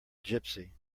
gipsy